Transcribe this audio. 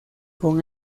con